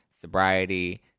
sobriety